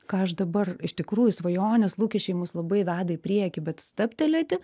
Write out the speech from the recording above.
ką aš dabar iš tikrųjų svajonės lūkesčiai mus labai veda į priekį bet stabtelėti